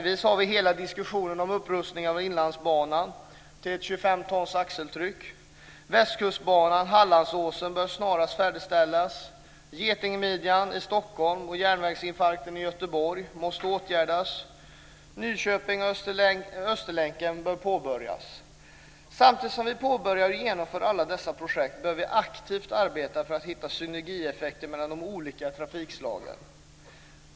Vi har exempelvis diskussionen om upprustning av Inlandsbanan, så att den ska klara 25 tons axeltryck. Västkustbanan och Hallandsåstunneln bör snarast färdigställas. Getingmidjan i Stockholm och järnvägsinfarkten i Göteborg måste åtgärdas. Nyköpings och Östgötalänkarna bör påbörjas. Samtidigt som vi påbörjar och genomför alla dessa projekt bör vi aktivt arbeta för att hitta synergieffekter mellan de olika trafikslagen.